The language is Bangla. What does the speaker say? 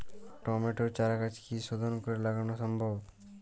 টমেটোর চারাগাছ কি শোধন করে লাগানো সম্ভব?